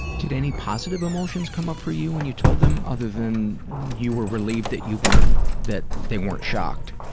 did any positive emotions come up ah for you when you told them, other than you were relieved that you weren't, that they weren't shocked?